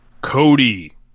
Cody